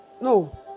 no